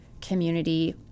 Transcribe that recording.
community